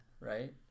right